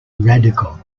radical